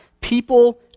People